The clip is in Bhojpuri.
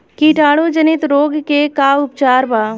कीटाणु जनित रोग के का उपचार बा?